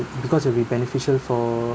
because will be beneficial for